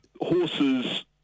Horses